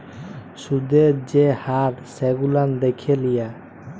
সুদের যে হার সেগুলান দ্যাখে লিয়া